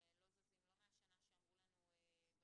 הם לא זזים לא מהשנה שאמרו לנו בדיון